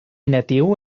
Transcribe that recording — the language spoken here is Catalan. natiu